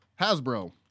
Hasbro